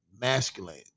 masculine